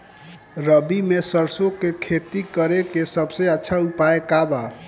रबी में सरसो के खेती करे के सबसे अच्छा उपाय का बा?